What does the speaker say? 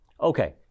Okay